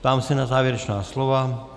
Ptám se na závěrečná slova.